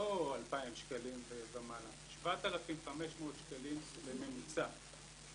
לא 2,000 שקלים ומעלה, 7,500 שקלים בממוצע.